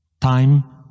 Time